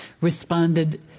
responded